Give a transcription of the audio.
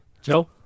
Joe